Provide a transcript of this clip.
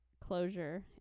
closure